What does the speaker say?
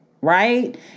right